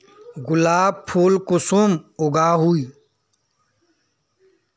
गुलाब फुल कुंसम उगाही?